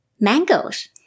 mangoes